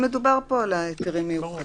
מדובר פה על ההיתרים המיוחדים.